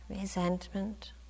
resentment